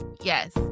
Yes